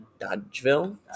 Dodgeville